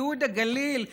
ייהוד הגליל,